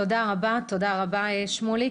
תודה רבה, שמוליק.